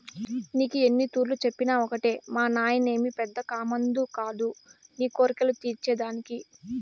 నీకు ఎన్నితూర్లు చెప్పినా ఒకటే మానాయనేమి పెద్ద కామందు కాదు నీ కోర్కెలు తీర్చే దానికి